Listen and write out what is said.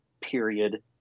period